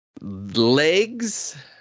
legs